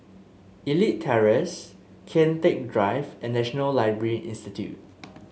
Elite Terrace Kian Teck Drive and National Library Institute